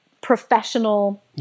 professional